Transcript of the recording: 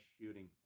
shooting